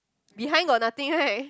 behind got nothing right